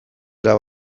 era